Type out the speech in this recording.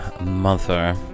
mother